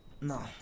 No